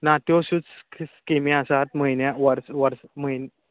ना त्यो सू स्किमी आसात म्हयन्या वर्स वर्स म्हयने